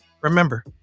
remember